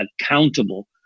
accountable